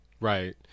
right